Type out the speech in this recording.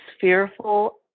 fearful